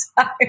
time